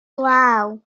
glaw